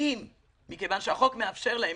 שמכיוון שהחוק מאפשר להם,